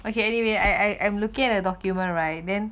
okay anyway I I I'm looking at a document right then